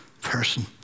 person